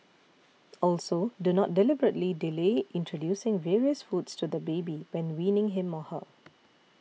also do not deliberately delay introducing various foods to the baby when weaning him or her